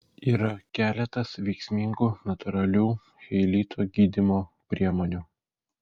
yra keletas veiksmingų natūralių cheilito gydymo priemonių